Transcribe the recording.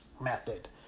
method